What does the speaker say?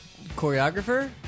choreographer